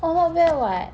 oh not bad [what]